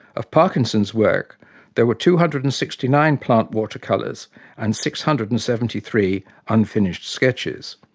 of parkinson's work there were two hundred and sixty nine plant watercolours and six hundred and seventy three unfinished sketches.